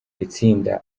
itsinda